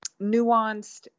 nuanced